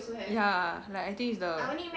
ya like I think it's the